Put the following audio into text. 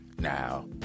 Now